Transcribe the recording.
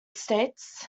states